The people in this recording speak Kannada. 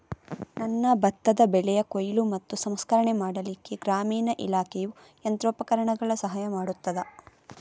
ನನ್ನ ಭತ್ತದ ಬೆಳೆಯ ಕೊಯ್ಲು ಮತ್ತು ಸಂಸ್ಕರಣೆ ಮಾಡಲಿಕ್ಕೆ ಗ್ರಾಮೀಣ ಇಲಾಖೆಯು ಯಂತ್ರೋಪಕರಣಗಳ ಸಹಾಯ ಮಾಡುತ್ತದಾ?